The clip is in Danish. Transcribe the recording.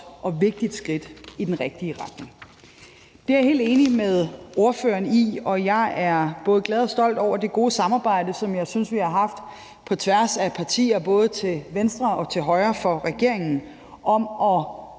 og vigtigt skridt i den rigtige retning. Det er jeg helt enig med ordføreren i, og jeg er både glad for og stolt over det gode samarbejde, som jeg synes vi har haft på tværs af partier, både til venstre og til højre for regeringen, om at